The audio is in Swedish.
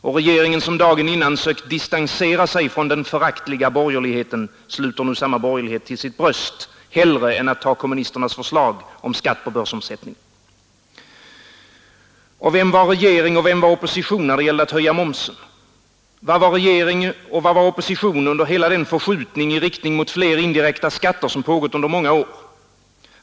Och regeringen, som dagen innan sökt distansera sig från den föraktliga borgerligheten, sluter nu samma borgerlighet till sitt bröst, hellre än att ta kommunisternas förslag om skatt på börsomsättningen. Och vem var regering och vem var opposition när det gällde att höja momsen? Vad var regering och vad var opposition under hela den förskjutning i riktning mot flera indirekta skatter som pågått under många år?